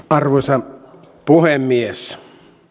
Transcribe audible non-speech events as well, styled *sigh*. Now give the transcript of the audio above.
*unintelligible* arvoisa puhemies